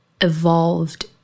evolved